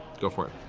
go for it.